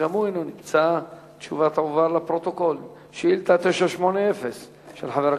י"ז באדר תש"ע (3 במרס 2010): חברת